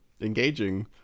engaging